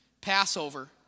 Passover